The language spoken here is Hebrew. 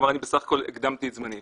הוא אמר: אני בסך הכול הקדמתי את זמני.